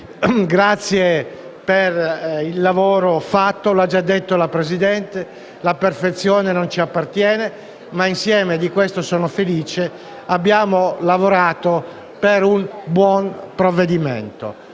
grazie per il lavoro fatto. Come già detto dalla presidente De Biasi, la perfezione non ci appartiene, ma insieme - e di questo ne sono felice - abbiamo lavorato per un buon provvedimento.